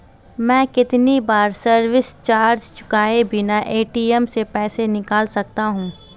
मैं कितनी बार सर्विस चार्ज चुकाए बिना ए.टी.एम से पैसे निकाल सकता हूं?